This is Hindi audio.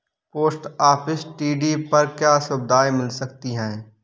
पोस्ट ऑफिस टी.डी पर क्या सुविधाएँ मिल सकती है?